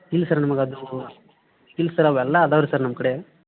ಇಲ್ಲ ಸರ್ ನಮ್ಗೆ ಅದು ಇಲ್ಲ ಸರ್ ಅವೆಲ್ಲ ಇದಾವ್ ರೀ ಸರ್ ನಮ್ಮ ಕಡೆ